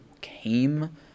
came